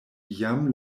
jam